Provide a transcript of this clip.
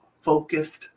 focused